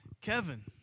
Kevin